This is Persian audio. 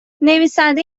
نویسنده